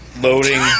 Loading